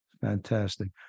Fantastic